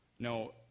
No